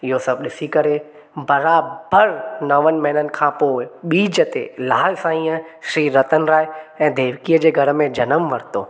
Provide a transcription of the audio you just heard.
इहो सभ ॾिसी करे बराबरि नवनि महीननि खां पोइ ॿीज ते लाल साईंअ श्री रतन राय ऐं देवकीअ जे घर में जनम वरितो